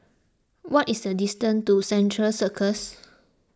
what is the distance to Central Circus